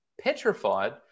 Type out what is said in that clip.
petrified